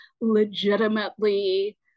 legitimately